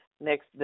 Next